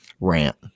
rant